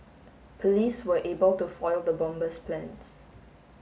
police were able to foil the bomber's plans